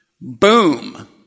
Boom